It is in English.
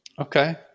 okay